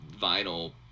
vinyl